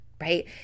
right